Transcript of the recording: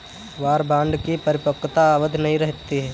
war bond की परिपक्वता अवधि नहीं रहती है